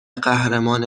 قهرمان